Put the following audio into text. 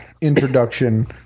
introduction